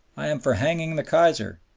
i am for hanging the kaiser.